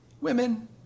women